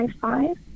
five